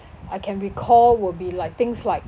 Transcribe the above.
I can recall will be like things like